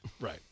Right